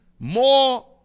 More